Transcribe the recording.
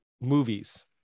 movies